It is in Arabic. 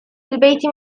البيت